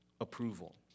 approval